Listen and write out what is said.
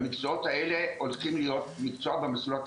אם רוצים ללכת לכיוון אקדמי,